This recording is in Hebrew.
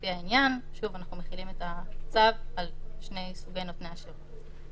לפי העניין,"; שוב אנחנו מחילים את הצו על שני סוגי נותני השירות.